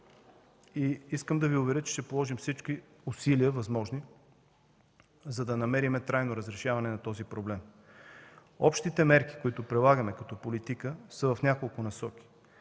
Искам да Ви уверя, че ще положим всички възможни усилия, за да намерим трайно разрешаване на този проблем. Общите мерки, които прилагаме като политика, са в няколко насоки: